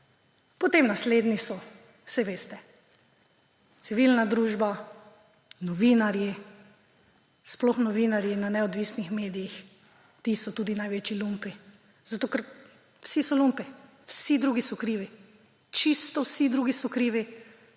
Potem naslednji so, saj veste, civilna družba, novinarji, sploh novinarji na neodvisnih medijih, ti so tudi največji lumpi. Vsi so lumpi, vsi drugi so krivi, čisto vsi drugi so krivi,